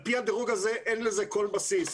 על פי הדירוג הזה אין לזה כל בסיס.